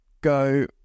go